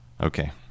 okay